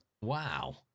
Wow